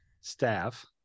staff